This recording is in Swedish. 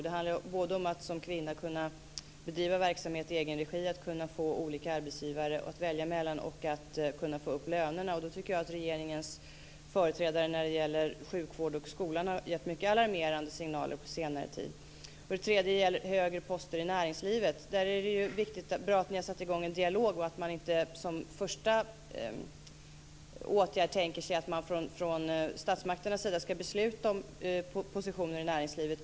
Det handlar om att som kvinna kunna bedriva verksamhet i egen regi, att ha olika arbetsgivare att välja mellan och att kunna få upp lönerna. Regeringens företrädare när det gäller sjukvård och skola har här givit mycket alarmerande signaler under senare tid. Den tredje frågan rör högre poster i näringslivet. Det är bra att ni har satt i gång en dialog och att man från statsmakterna inte som första åtgärd tänker sig att man ska besluta om positioner i näringslivet.